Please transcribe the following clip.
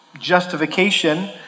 justification